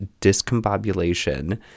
discombobulation